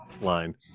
line